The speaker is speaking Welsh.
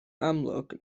amlwg